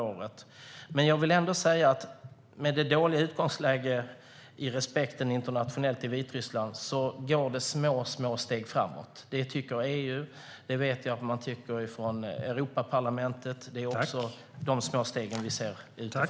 Trots det dåliga utgångsläget i respekten internationellt går det ändå små steg framåt i Vitryssland. Det tycker EU och Europaparlamentet, och vi ser också dessa små steg.